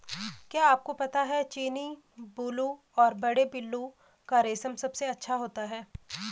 क्या आपको पता है चीनी, बूलू और बड़े पिल्लू का रेशम सबसे अच्छा होता है?